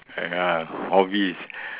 ha ha hobbies